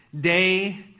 day